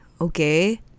okay